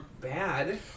bad